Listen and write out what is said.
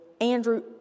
Andrew